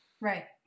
Right